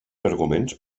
arguments